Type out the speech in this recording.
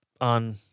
on